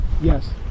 yes